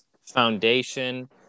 foundation